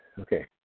Okay